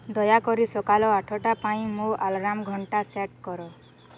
ଦୟାକରି ସକାଳ ଆଠଟା ପାଇଁ ମୋ ଆଲାର୍ମ ଘଣ୍ଟା ସେଟ୍ କର